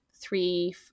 three